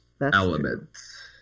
elements